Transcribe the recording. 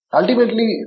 ultimately